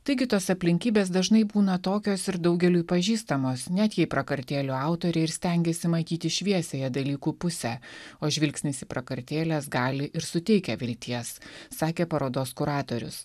taigi tos aplinkybės dažnai būna tokios ir daugeliui pažįstamos net jei prakartėlių autoriai ir stengėsi matyti šviesiąją dalykų pusę o žvilgsnis į prakartėles gali ir suteikia vilties sakė parodos kuratorius